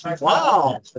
Wow